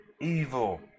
evil